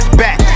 back